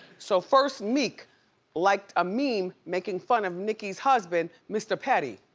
so first, meek liked a meme making fun of nicki's husband, mr. petty.